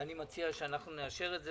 ומציע שנאשר את זה.